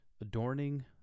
Adorning